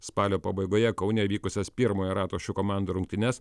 spalio pabaigoje kaune įvykusias pirmojo rato šių komandų rungtynes